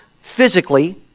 physically